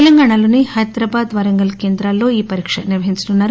తెలంగాణలోని హైదరాబాద్ వరంగల్ కేంద్రా లలో ఈ పరీక్ష నిర్వహించనున్నారు